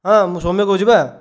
ହଁ ମୁଁ ସୌମ୍ୟ କହୁଛି ପା